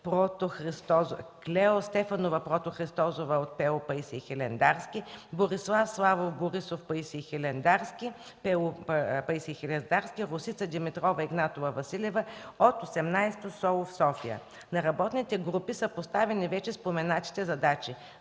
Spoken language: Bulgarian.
Клео Стефанова Протохристозова от ПУ „Паисий Хилендарски”, Борислав Славов Борисов – „Паисий Хилендарски”, Росица Димитрова Игнатова-Василева от 18-то СОУ в София. На работните групи са поставени вече споменатите задачи